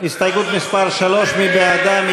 הסתייגות מס' 3, מי בעדה?